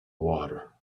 water